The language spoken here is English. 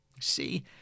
See